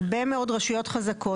הרבה מאוד רשויות חזקות,